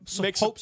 makes